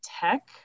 tech